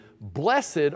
Blessed